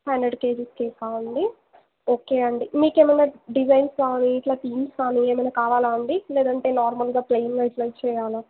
hundred kgs cake కావాలా అండి okay అండి మీకు ఏమన్న డిజైన్స్ కానీ ఇట్లా థీమ్స్ కానీ ఇట్లా ఏమన్న కావాలా అండి లేదంటే నార్మల్గా ప్లెయిన్గా ఇట్లా ఇవ్వలా